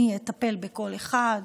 אני אטפל בכל אחד.